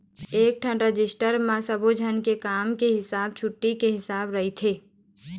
एकठन रजिस्टर म सब्बो झन के काम के हिसाब, छुट्टी के हिसाब राखथे